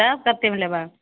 तऽ कतेमे लेबऽ